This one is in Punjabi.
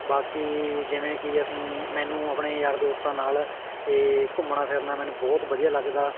ਬਾਕੀ ਜਿਵੇਂ ਕਿ ਅਸੀਂ ਮੈਨੂੰ ਆਪਣੇ ਯਾਰ ਦੋਸਤਾਂ ਨਾਲ ਇਹ ਘੁੰਮਣਾ ਫਿਰਨਾ ਮੈਨੂੰ ਬਹੁਤ ਵਧੀਆ ਲੱਗਦਾ